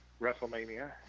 Wrestlemania